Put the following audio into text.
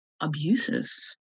abuses